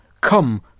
Come